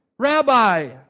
Rabbi